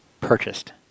purchased